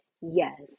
Yes